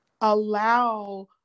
allow